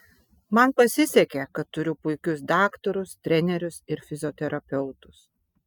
man pasisekė kad turiu puikius daktarus trenerius ir fizioterapeutus